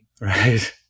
Right